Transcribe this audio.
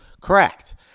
Correct